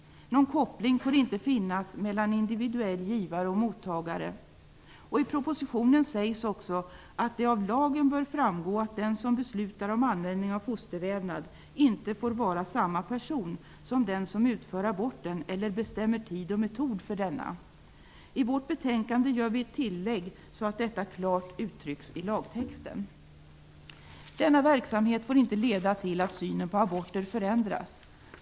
Någon koppling får inte finnas mellan individuell givare och mottagare. I propositionen sägs också att det av lagen bör framgå att den som beslutar om användning av fostervävnad inte får vara samma person som den som utför aborten eller bestämmer tid och metod för denna. I vårt betänkande gör vi ett tillägg så att detta klart uttrycks i lagtexten. Denna verksamhet får inte leda till att synen på aborter förändras.